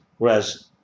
Whereas